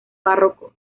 barroco